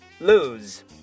lose